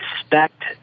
expect